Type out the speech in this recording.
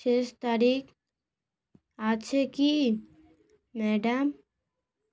শেষ তারিখ আছে কি ম্যাডাম